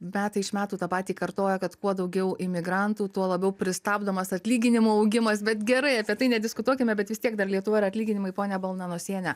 metai iš metų tą patį kartoja kad kuo daugiau imigrantų tuo labiau pristabdomas atlyginimų augimas bet gerai apie tai nediskutuokime bet vis tiek dar lietuva ir atlyginimai ponia balnanosiene